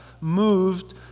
moved